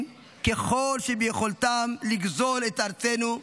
ככל שביכולתם לגזול את ארצנו מידינו.